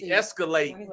escalate